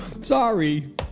Sorry